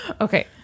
Okay